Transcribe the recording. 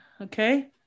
Okay